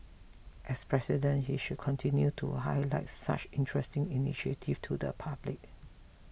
as President he should continue to highlight such interesting initiatives to the public